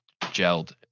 gelled